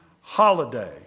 holiday